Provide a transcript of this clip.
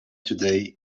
today